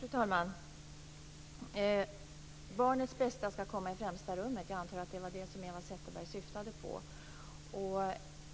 Fru talman! Barnets bästa skall komma i främsta rummet. Jag antar att det var det som Eva Zetterberg syftade på.